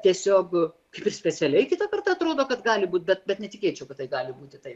tiesiog kaip ir specialiai kitą kartą atrodo kad gali būti bet netikėčiau kad tai gali būti taip